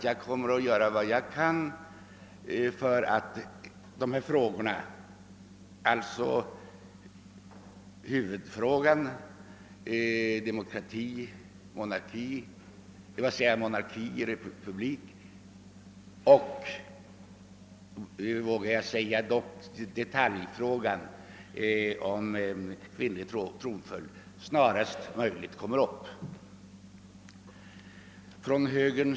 Jag kommer att göra vad jag kan för att dessa frågor — huvudfrågan monarki eller republik och, vågar jag säga, de taljfrågan om kvinnlig tronföljd — snarast möjligt kommer upp till behandling.